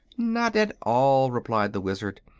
not at all, replied the wizard.